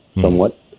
somewhat